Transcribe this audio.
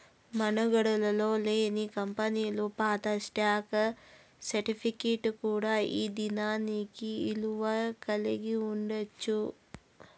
మనుగడలో లేని కంపెనీలు పాత స్టాక్ సర్టిఫికేట్ కూడా ఈ దినానికి ఇలువ కలిగి ఉండచ్చు